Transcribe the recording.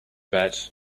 bet